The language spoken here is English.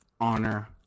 honor